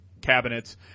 cabinets